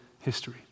history